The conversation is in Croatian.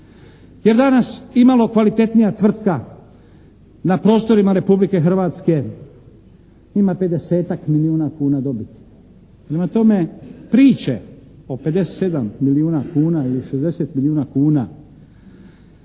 Jer danas imalo kvalitetnija tvrtka na prostorima Republike Hrvatske ima 50-tak milijuna kuna dobiti. Prema tome, priče o 57 milijuna kuna ili 60 milijuna kuna,